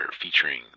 featuring